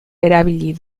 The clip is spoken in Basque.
erabili